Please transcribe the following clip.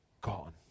gone